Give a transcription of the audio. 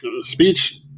speech